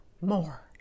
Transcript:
more